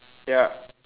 ya